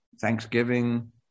Thanksgiving